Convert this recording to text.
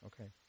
Okay